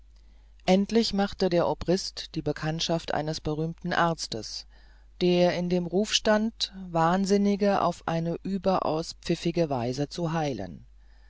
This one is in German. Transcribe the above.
endlich machte der obrist die bekanntschaft eines berühmten arztes der in dem ruf stand wahnsinnige auf eine überaus pfiffige weise zu heilen